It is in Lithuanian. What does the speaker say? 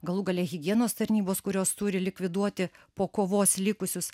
galų gale higienos tarnybos kurios turi likviduoti po kovos likusius